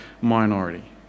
minority